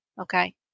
Okay